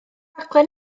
rhaglen